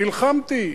נלחמתי.